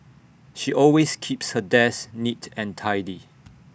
she always keeps her desk neat and tidy